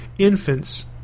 infants